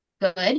good